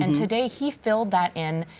and today he filled that in.